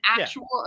actual